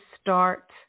start